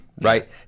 right